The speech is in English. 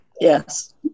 Yes